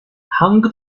hang